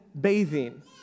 bathing